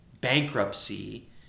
bankruptcy